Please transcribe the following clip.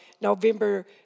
November